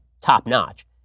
top-notch